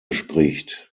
spricht